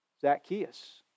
Zacchaeus